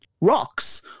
rocks